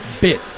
bit